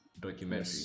documentary